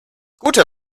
gute